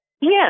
Yes